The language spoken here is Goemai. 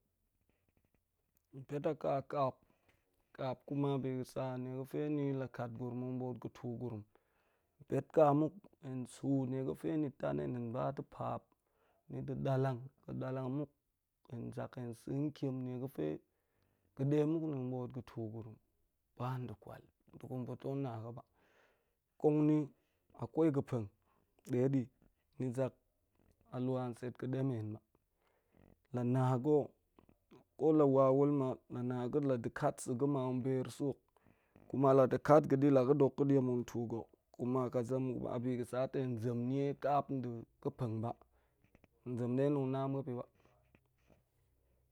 Pet a ka kaap, kaap bi ga̱sa niega̱fe ni la kat gurum tong bo̱o̱t ga̱ tu gurum, pet ka muk, hen su nie ga̱fe ni tan hen, hen ba ɗa̱ baap, ni ɗe ɗa̱lang, ga̱ ga̱lang muk, hen zak hen sa̱ ntiem nie ga̱fe ga̱ ɗe muk tong bo̱o̱t ga̱ tu gurum ba nɗe kwal nɗe gurum pa̱ tong na ga̱ ba. kong ni a kwai ga̱pa̱ng ɗe di ni zak a hia set ga̱ɗemen ba. La na ga̱ kolo wawul ma la na ga̱ laɗe kat sa̱ ga̱ ma tong beer sa̱ hok, kuma la ɗe kat ga̱ di laga̱ do̱k ga̱ diam tong tu ga̱ kuma ka zem muk ba, a bi ga̱ sa ta̱ hen zem nie kaap nde ga pang ba, hen zem ɗe tong na muap yi ba.